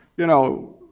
you know,